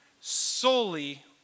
solely